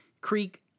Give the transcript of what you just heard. Creek